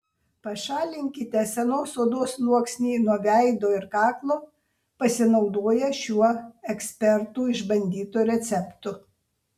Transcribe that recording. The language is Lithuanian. pašalinkite senos odos sluoksnį nuo veido ir kaklo pasinaudoję šiuo ekspertų išbandytu receptu